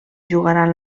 jugaran